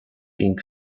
being